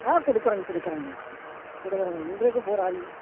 ஆ கொடுக்குறோங்க கொடுக்குறோங்க கொடுக்குறோங்க எங்களுக்கு இப்போ ஒரு